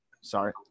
sorry